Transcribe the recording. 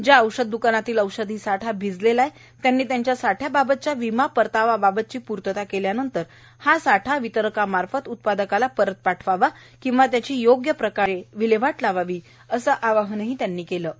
ज्या औषध दुकानातील औषधी साठा भिजलेला आहे त्यांनी त्यांच्या साठ्याबाबतच्या विमा परतावा बाबतची पूर्तता केल्यावर सदरचा साठा वितरकामार्फत उत्पादकास परत पाठवावा अथवा त्याची योग्यप्रमाणे विल्हेवाट लावावी असं आवाहनही जाधव यांनी केलं आहे